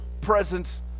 presence